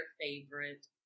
favorite